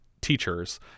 teachers